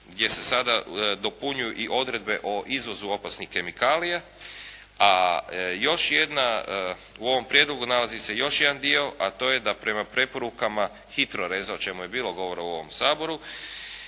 gdje se sada dopunjuju i odredbe o izvozu opasnih kemikalija, a još jedna, u ovom Prijedlogu nalazi se još jedan dio, a to je da prema preporukama HITRO.rez-a o čemu je bilo govora u ovom Saboru